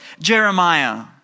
Jeremiah